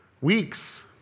weeks